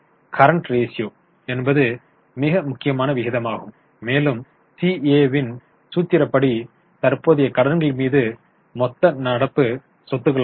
current ratio என்பது மிக முக்கியமான விகிதமாகும் மேலும் CA வின் சூத்திரப்படி தற்போதைய கடன்கள் மீது மொத்த நடப்பு சொத்துக்களாகும்